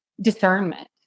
discernment